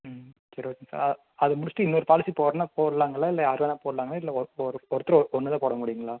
ம் சரி okay sir அது முடிச்சிவிட்டு இன்னொரு பாலிசி போடுறதுன்னா போடலாங்களா இல்லை யார் வேணா போடலாங்களா இல்லை ஒரு ஒருத்தர் ஒன்று தான் போட முடியுங்களா